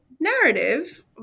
narrative